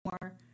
more